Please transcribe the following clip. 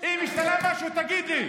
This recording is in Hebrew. אם השתנה משהו, תגיד לי.